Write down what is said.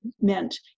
meant